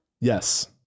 yes